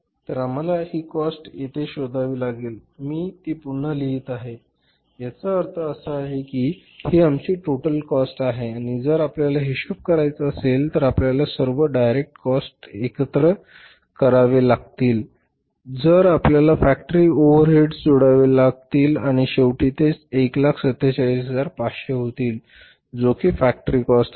तर आम्हाला ही काॅस्ट येथे शोधावी लागेल मी ती पुन्हा लिहित आहे याचा अर्थ असा आहे की ही आमची टोटल काॅस्ट आहे आणि जर आपल्याला हिशोब करायचा असेल तर आपल्याला सर्व डायरेक्ट काॅस्ट एकत्र करावे लागतील तर आपल्याला फॅक्टरी ओव्हरहेड्स जोडावे लागतील आणि शेवटी ते 147500 होतील जो कि फॅक्टरी काॅस्ट आहे